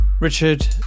Richard